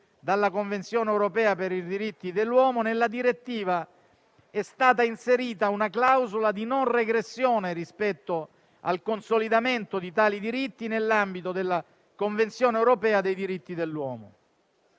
dalla Convenzione europea per i diritti dell'uomo, nella direttiva è stata inserita una clausola di non regressione rispetto al consolidamento di tali diritti nell'ambito della Convenzione europea dei diritti dell'uomo.